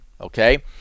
Okay